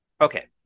Okay